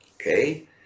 Okay